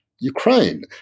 Ukraine